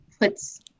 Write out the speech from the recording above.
puts